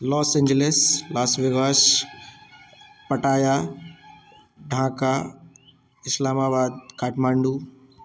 loss Angeles Las Vegas Pattaya Dhaka Islamabad Kathmandu